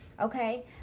Okay